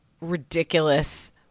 ridiculous